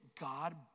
God